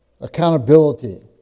accountability